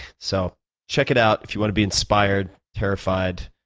so check it out, if you want to be inspired, terrified,